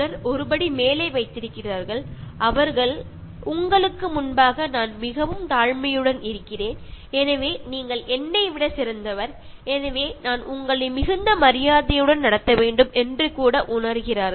சிலர் ஒரு படி மேலே வைத்திருக்கிறார்கள் அவர்கள் உங்களுக்கு முன்பாக நான் மிகவும் தாழ்மையுடன் இருக்கிறேன் எனவே நீங்கள் என்னை விட சிறந்தவர் எனவே நான் உங்களை மிகுந்த மரியாதையுடன் நடத்த வேண்டும் என்று கூட உணர்கிறார்கள்